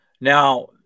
Now